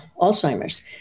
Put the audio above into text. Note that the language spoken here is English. alzheimer's